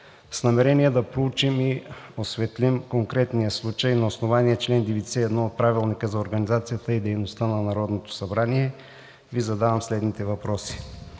С намерение да проучим и осветлим конкретния случай на основание чл. 91 от Правилника за организацията и дейността на Народното събрание Ви задавам следните въпроси: